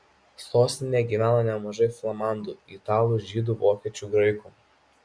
sostinėje gyvena nemažai flamandų italų žydų vokiečių graikų